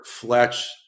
Fletch